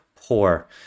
poor